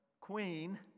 queen